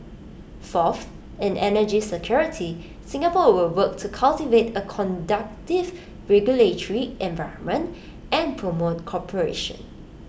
fourth in energy security Singapore will work to cultivate A conducive regulatory environment and promote cooperation